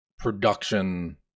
production